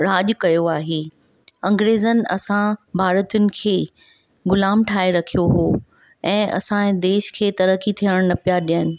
राजु कयो आहे अंग्रेज़नि असां भारतियुनि खे ग़ुलाम ठाहे रखियो हुओ ऐं असांजे देश खे तरकी थियणु न पिया ॾिअनि